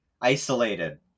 isolated